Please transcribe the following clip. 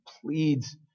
pleads